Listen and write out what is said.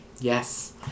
Yes